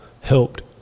helped